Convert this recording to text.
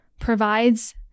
provides